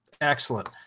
Excellent